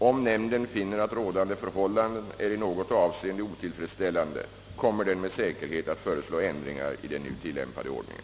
Om nämnden finner att rådande förhållanden är i något avseende otillfredsställande, kommer den med säkerhet att föreslå ändringar i den nu tillämpade ordningen.